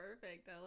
Perfect